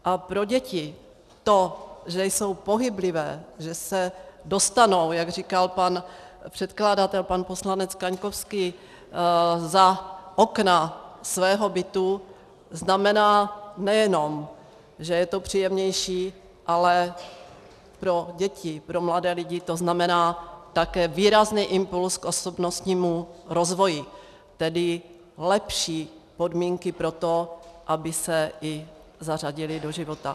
A pro děti to, že jsou pohyblivé, že se dostanou, jak říkal pan předkladatel, pan poslanec Kaňkovský, za okna svého bytu, znamená nejenom to, že je to příjemnější, ale pro děti, pro mladé lidi to znamená také výrazný impuls k osobnostnímu rozvoji, tedy lepší podmínky pro to, aby se zařadili do života.